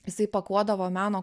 jisai pakuodavo meno